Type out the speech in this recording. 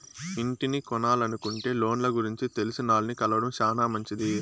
ఇంటిని కొనలనుకుంటే లోన్ల గురించి తెలిసినాల్ని కలవడం శానా మంచిది